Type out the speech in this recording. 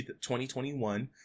2021